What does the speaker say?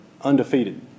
undefeated